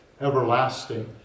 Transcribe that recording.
everlasting